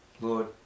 Lord